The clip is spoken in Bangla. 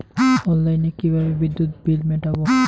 অনলাইনে কিভাবে বিদ্যুৎ বিল মেটাবো?